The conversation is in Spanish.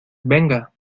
venga